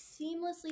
seamlessly